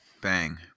Bang